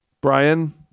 Brian